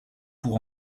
pour